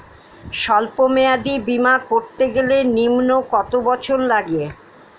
সল্প মেয়াদী বীমা করতে গেলে নিম্ন কত বছর লাগে?